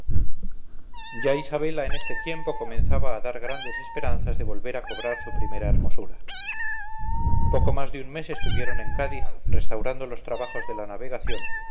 ya isabela en este tiempo comenzaba a dar grandes esperanzas de volver a cobrar su primera hermosura poco más de un mes estuvieron en cádiz restaurando los trabajos de la navegación